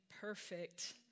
perfect